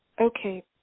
Okay